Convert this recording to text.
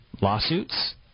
lawsuits